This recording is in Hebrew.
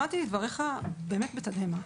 שמעתי את דבריך באמת בתדהמה.